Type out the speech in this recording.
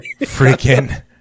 freaking